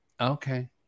Okay